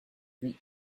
puis